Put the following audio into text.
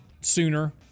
sooner